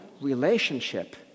relationship